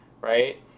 right